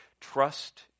trust